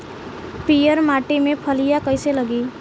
पीयर माटी में फलियां कइसे लागी?